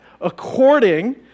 according